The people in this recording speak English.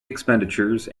expenditures